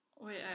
Wait